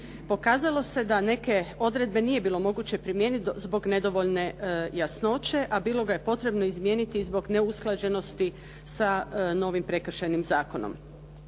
Pokazalo se da neke odredbe nije bilo moguće primijeniti zbog nedovoljne jasnoće a bilo ga je potrebno izmijeniti i zbog neusklađenosti sa novim Prekršajnim zakonom.